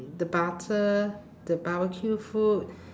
the butter the barbecue food